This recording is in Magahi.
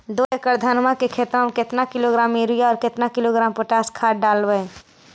दो एकड़ धनमा के खेतबा में केतना किलोग्राम युरिया और केतना किलोग्राम पोटास खाद डलबई?